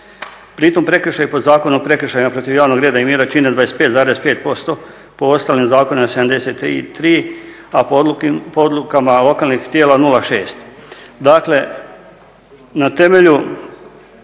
Pri tome prekršaj po Zakonu o prekršajima protiv javnog reda i mira čine 25,5%, po ostalim zakonima 73 a po odlukama lokalnih tijela 0,6. Dakle, na temelju